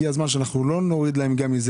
הגיע הזמן שאנחנו לא נוריד להם גם מזה